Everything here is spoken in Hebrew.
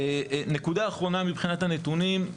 נקודה אחרונה מבחינת הנתונים,